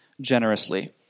generously